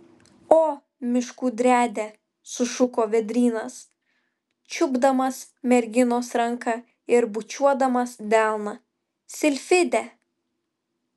o miškų driade sušuko vėdrynas čiupdamas merginos ranką ir bučiuodamas delną silfide